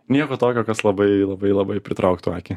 nieko tokio kas labai labai labai pritrauktų akį